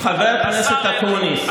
חבר הכנסת אקוניס,